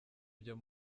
byo